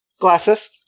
Glasses